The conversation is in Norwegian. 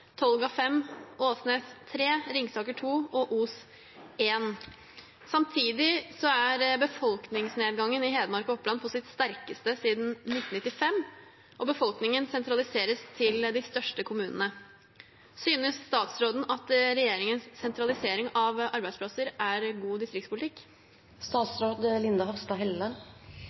Tolga 5, Åsnes 3, Ringsaker 2 og Os 1. Samtidig er befolkningsnedgangen i Hedmark og Oppland på sitt sterkeste siden 1995, og befolkningen sentraliseres til de største kommunene. Synes statsråden at regjeringens sentralisering av arbeidsplasser er god